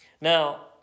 Now